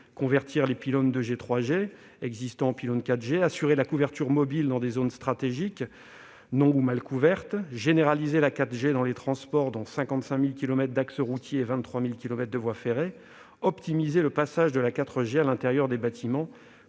convertir les pylônes 2G et 3G existants en pylônes 4G ; assurer la couverture mobile dans des zones stratégiques non ou mal couvertes ; généraliser la 4G dans les transports, dont 55 000 kilomètres d'axes routiers et 23 000 kilomètres de voies ferrées ; optimiser le passage de la 4G à l'intérieur des bâtiments